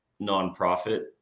nonprofit